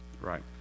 right